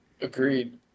Agreed